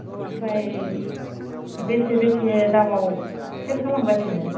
ओमफ्राय बेसे बेसे दामाव सेल खालामगासिनो